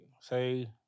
say